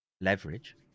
leverage